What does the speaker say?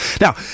Now